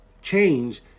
change